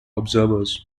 observers